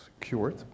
cured